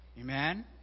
Amen